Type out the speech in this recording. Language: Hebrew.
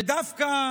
ודווקא